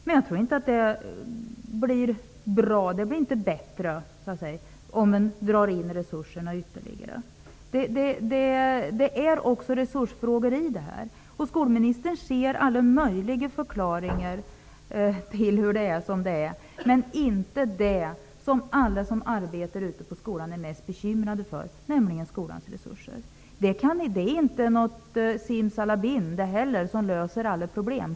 Men jag tror inte att det blir bättre om resurserna ytterligare dras ner -- också resursfrågor finns med här. Skolministern ser alla möjliga förklaringar till att det är som det är. Men hon ser inte hur det är med det som alla som arbetar i skolan är mest bekymrade över, nämligen skolans resurser. Det är självklart inte fråga om att simsalabim lösa alla problem.